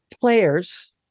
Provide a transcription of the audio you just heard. players